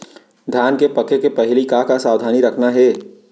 धान के पके के पहिली का का सावधानी रखना हे?